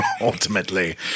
Ultimately